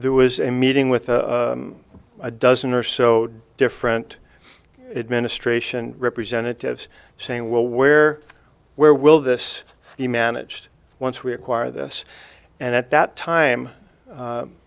there was a meeting with a dozen or so different administration representatives saying well where where will this be managed once we acquire this and at that time